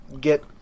get